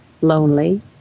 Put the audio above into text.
lonely